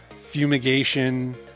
fumigation